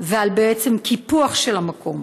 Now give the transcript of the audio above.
ועל קיפוח של המקום.